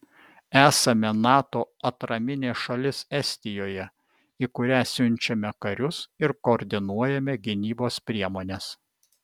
esame nato atraminė šalis estijoje į kurią siunčiame karius ir koordinuojame gynybos priemones